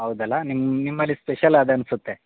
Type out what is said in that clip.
ಹೌದಲ್ಲಾ ನಿಮ್ಮ ನಿಮ್ಮಲಿ ಸ್ಪೆಷಲ್ ಅದು ಅನ್ಸುತ್ತೆ